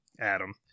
Adam